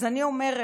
אז אני אומרת